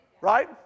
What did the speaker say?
Right